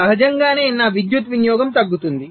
సహజంగానే నా విద్యుత్ వినియోగం తగ్గుతుంది